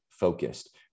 Focused